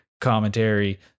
commentary